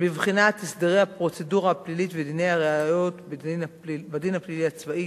בבחינת הסדרי הפרוצדורה הפלילית ודיני הראיות בדין הפלילי הצבאי,